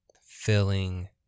filling